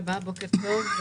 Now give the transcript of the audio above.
תודה רבה, בוקר טוב,